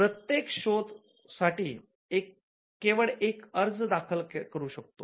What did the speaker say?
प्रत्येक शोध साठी केवळ एक अर्ज दाखल करू शकता